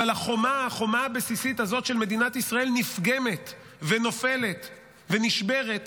אבל החומה הבסיסית הזאת של מדינת ישראל נפגמת ונופלת ונשברת